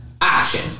option